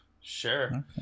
sure